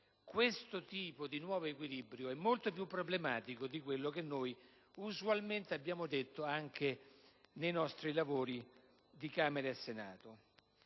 crea un nuovo equilibrio molto più problematico di quello che noi usualmente abbiamo detto anche nei nostri lavori di Camera e Senato.